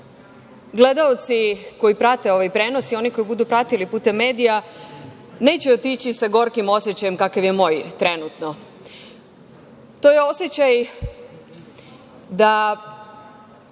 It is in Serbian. gledaoci koji prate ovaj prenos i oni koji budu pratili putem medija neće otići sa gorkim osećajem kakav je moj trenutno. To je osećaj da